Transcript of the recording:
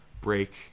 break